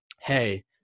Hey